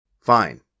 Fine